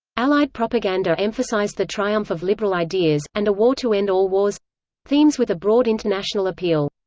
allied propaganda emphasised the triumph of liberal ideas, and a war to end all wars themes with a broad international appeal.